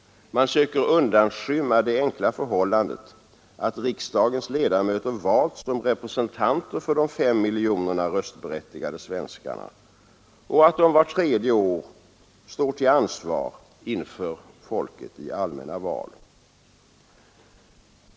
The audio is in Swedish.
Man söker undanskymma det enkla förhållandet att riksdagens ledamöter valts som representanter för de fem miljonerna röstberättigade svenskarna och att de vart tredje år står till ansvar inför folket i allmänna val.